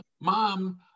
mom